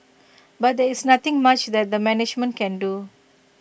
but there is nothing much that the management can do